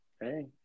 Hey